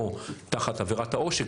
או תחת עבירת העושק,